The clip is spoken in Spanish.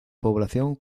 población